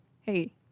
hey